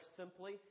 simply